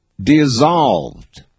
dissolved